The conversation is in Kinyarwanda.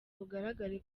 bugaragare